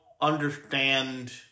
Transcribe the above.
understand